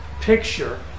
picture